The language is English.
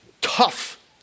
tough